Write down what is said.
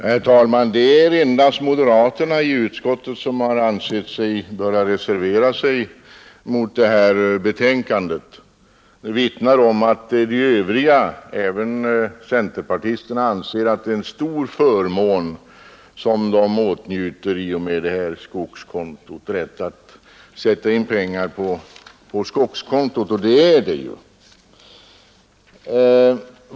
Herr talman! Det är endast moderaterna i utskottet som har ansett sig böra reservera sig. Det vittnar om att vi övriga — även centerpartisterna — betraktar rätten att sätta in pengar på skogskonto som en stor förmån, och det är den ju.